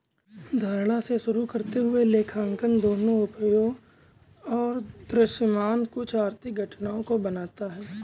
धारणा से शुरू करते हुए लेखांकन दोनों उपायों और दृश्यमान कुछ आर्थिक घटनाओं को बनाता है